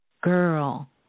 girl